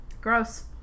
Gross